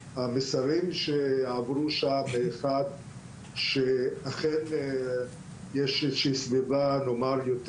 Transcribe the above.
המסרים שעברו שם פה אחד שאכן יש איזושהי סביבה נאמר יותר